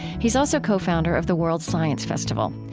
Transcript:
he is also co-founder of the world science festival.